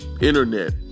internet